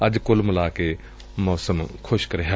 ਅੱਜ ਕੁੱਲ ਮਿਲਾ ਕੇ ਮੌਸਮ ਖੁਸ਼ਕ ਰਿਹਾ